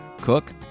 cook